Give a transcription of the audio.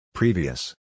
previous